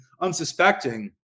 unsuspecting